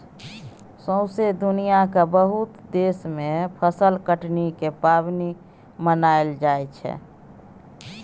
सौसें दुनियाँक बहुत देश मे फसल कटनी केर पाबनि मनाएल जाइ छै